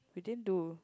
we didn't do